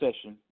session